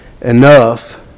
enough